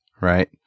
right